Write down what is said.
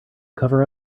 cover